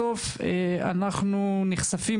בסוף אנחנו נחשפים,